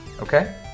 Okay